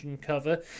cover